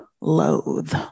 loathe